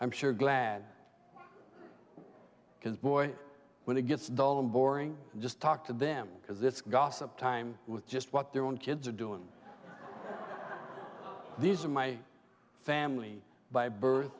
i'm sure glad because boy when it gets dull and boring just talk to them because it's gossip time with just what their own kids are doing these in my family by birth